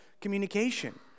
communication